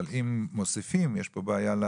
אבל אם מוסיפים יש פה בעיה.